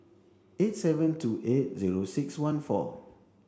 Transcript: eight seven two eight zero six one four